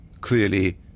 clearly